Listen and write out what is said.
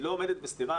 היא לא עומדת בסתירה,